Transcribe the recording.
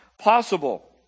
possible